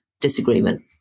disagreement